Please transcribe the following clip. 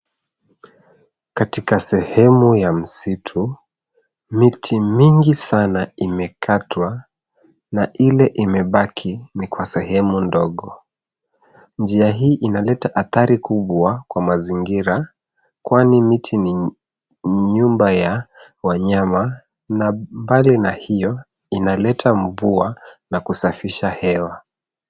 Katika sehemu ya misitu, miti mingi sana imekatwa na ile imebaki ni kwa sehemu ndogo. Njia hii inaleta adhari kubwa kwa mazingira kwani miti ni nyumba ya wanyama na mbali na hio inaleta mvua na kusafisha hewa.